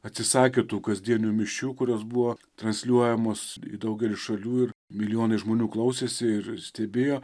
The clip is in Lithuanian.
atsisakė tų kasdienių mišių kurios buvo transliuojamos į daugelį šalių ir milijonai žmonių klausėsi ir stebėjo